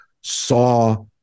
saw